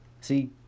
See